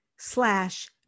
slash